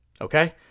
Okay